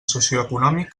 socioeconòmic